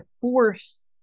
force